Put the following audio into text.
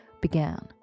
began